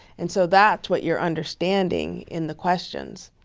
and so that's what you're understanding in the questions.